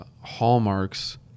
hallmarks